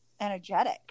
energetic